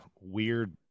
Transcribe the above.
weird